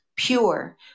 Pure